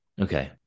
Okay